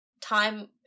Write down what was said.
time